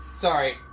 sorry